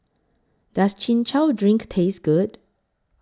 Does Chin Chow Drink Taste Good